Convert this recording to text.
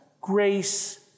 grace